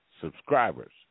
subscribers